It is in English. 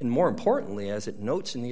and more importantly as it notes in the